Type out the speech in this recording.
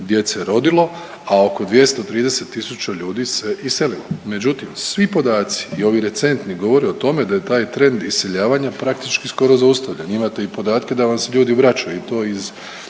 djece rodilo, a oko 230.000 ljudi se iselilo, međutim svi podaci i ovi recentni govore o tome da je taj trend iseljavanja praktički skoro zaustavljen. Imate i podatke da vam se ljudi vraćaju i to iz